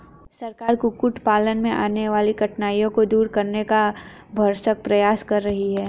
सरकार कुक्कुट पालन में आने वाली कठिनाइयों को दूर करने का भरसक प्रयास कर रही है